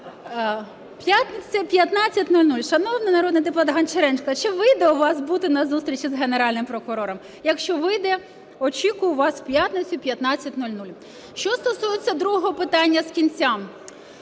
П'ятниця, 15:00. Шановний народний депутат Гончаренко, чи вийде у вас бути на зустрічі з Генеральним прокурором? Якщо вийде, очікую вас в п'ятницю о 15:00. Що стосується другого питання з кінця.